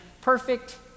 perfect